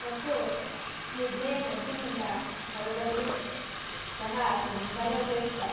ಮತ್ತು ನಿದ್ದೆಯ ಮಬ್ಬಿನಿಂದ ಹೊರ ಬರಲು ಚಹಾ ತುಂಬ ಉಪಯುಕ್ತ